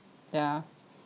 yeah